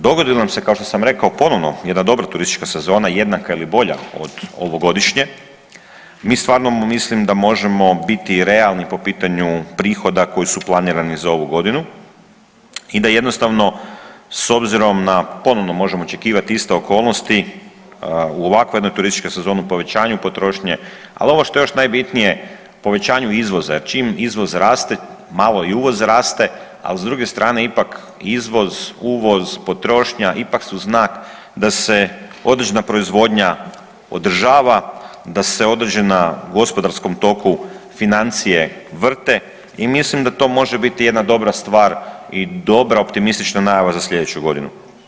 Dogodi li nam se, kao što sam rekao, ponovno jedna dobra turistička sezona, jednaka ili bolja od ovogodišnje, mi stvarno mislim da možemo biti realni po pitanju prihoda koji su planirani za ovu godinu i da jednostavno s obzirom da ponovno možemo očekivati iste okolnosti, ovakvu jednu turističku sezonu, povećanju potrošnje, ali ovo što je još najbitnije, povećanju izvoza, jer čim izvoz raste, malo i uvoz raste, ali s druge strane ipak izvoz, uvoz, potrošnja ipak su znak da se određena proizvodnja održava, da se određena u gospodarskom toku financije vrte, i mislim da to može biti jedna dobra stvar i dobra optimistična najava za sljedeću godinu.